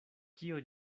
kio